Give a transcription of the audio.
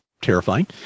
terrifying